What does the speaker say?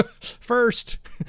first